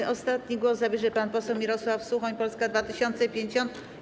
Jako ostatni głos zabierze pan poseł Mirosław Suchoń, Polska 2050.